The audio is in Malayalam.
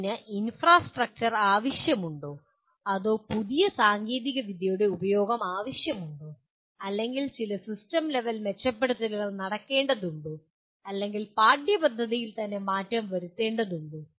ഇതിന് ഇൻഫ്രാസ്ട്രക്ചർ ആവശ്യമുണ്ടോ അതോ പുതിയ സാങ്കേതികവിദ്യയുടെ ഉപയോഗം ആവശ്യമുണ്ടോ അല്ലെങ്കിൽ ചില സിസ്റ്റം ലെവൽ മെച്ചപ്പെടുത്തലുകൾ നടക്കേണ്ടതുണ്ടോ അല്ലെങ്കിൽ പാഠ്യപദ്ധതിയിൽ തന്നെ മാറ്റം വരുത്തേണ്ടതുണ്ടോ